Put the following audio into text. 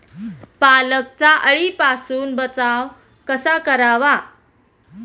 पालकचा अळीपासून बचाव कसा करावा?